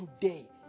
today